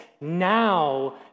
now